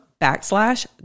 backslash